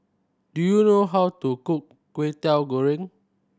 do you know how to cook Kway Teow Goreng